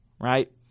right